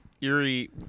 erie